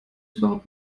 überhaupt